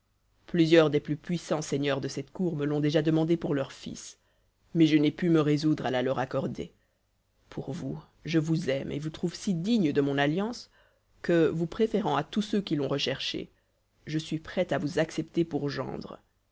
plusieurs des plus puissants seigneurs de cette cour me l'ont déjà demandée pour leurs fils mais je n'ai pu me résoudre à la leur accorder pour vous je vous aime et vous trouve si digne de mon alliance que vous préférant à tous ceux qui l'ont recherchée je suis prêt à vous accepter pour gendre